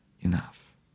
enough